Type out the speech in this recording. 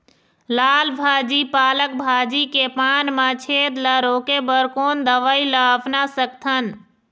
लाल भाजी पालक भाजी के पान मा छेद ला रोके बर कोन दवई ला अपना सकथन?